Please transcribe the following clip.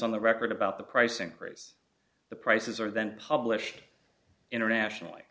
on the record about the pricing raise the prices are then publish internationally